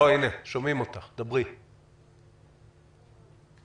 אנחנו מדברים עם אסירים ואנחנו שומעים באמת מצוקה מאוד קשה.